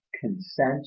consent